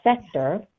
sector